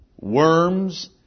worms